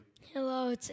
Hello